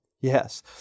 Yes